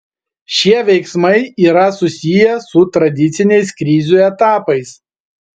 šie veiksmai yra susiję su tradiciniais krizių etapais